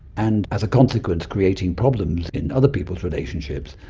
and as a consequence creating problems in other people's relationships,